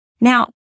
Now